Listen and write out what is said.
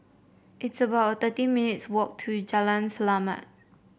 it's about thirty minutes' walk to Jalan Selamat